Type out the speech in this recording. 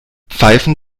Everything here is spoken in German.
pfeifen